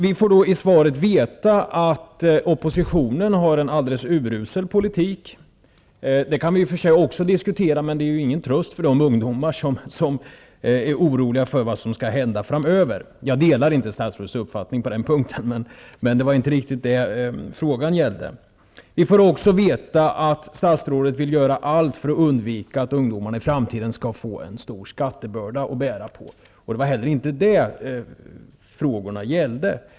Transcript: Vi får i statsrådets svar veta att oppositionen för en urusel politik. I och för sig kan vi också diskutera det, men det är ingen tröst för de ungdomar som är oroliga för vad som skall hända framöver. Vi delar inte statsrådets uppfattning på den här punkten, men det var inte riktigt den som frågan gällde. Vi får också veta att statsrådet vill göra allt för att undvika att ungdomarna i framtiden skall få bära på en stor skattebörda. Det var inte heller det som våra frågor gällde.